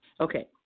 Okay